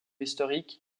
historiques